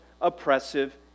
oppressive